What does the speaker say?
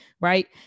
right